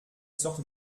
sorte